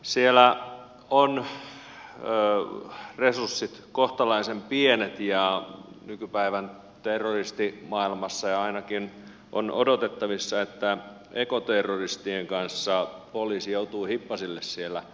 siellä ovat resurssit kohtalaisen pienet ja nykypäivän terroristimaailmassa ainakin on odotettavissa että ekoterroristien kanssa poliisi joutuu hippasille siellä